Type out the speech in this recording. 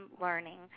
learning